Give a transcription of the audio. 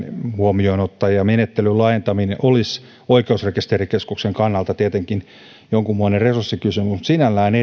huomioon ottaen kohtuullinen ja menettelyn laajentaminen olisi oikeusrekisterikeskuksen kannalta tietenkin jonkunmoinen resurssikysymys mutta sinällään